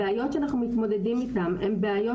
הבעיות שאנחנו מתמודדים איתן הן בעיות